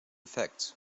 effects